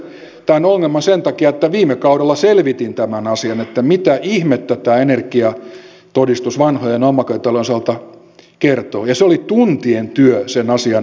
tiedän itse tämän ongelman sen takia että viime kaudella selvitin tämän asian että mitä ihmettä tämä energiatodistus vanhojen omakotitalojen osalta kertoo ja se oli tuntien työ sen asian ymmärtäminen